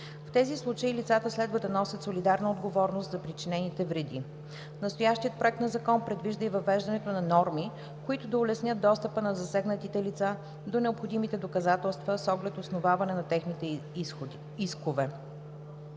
В тези случаи лицата следва да носят солидарна отговорност за причинените вреди. Настоящият Законопроект предвижда и въвеждането на норми, които да улеснят достъпа на засегнатите лица до необходимите доказателства, с оглед обосноваване на техните искове.